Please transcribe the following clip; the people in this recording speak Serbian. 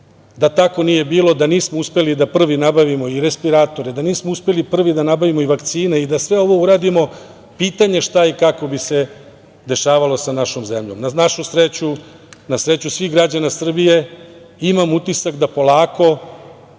tako nije bilo i da prvi nabavimo i respiratore, da nismo uspeli da prvi nabavimo i vakcine i da sve ovo uradimo, pitanje je šta i kako bi se dešavalo sa našom zemljom. Na našu sreću i na sreću svih građana Srbije, imam utisak da polako